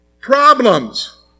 Problems